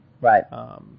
Right